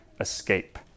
escape